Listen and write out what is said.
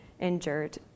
injured